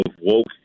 woke